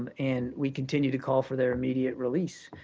and we continue to call for their immediate release.